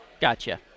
Gotcha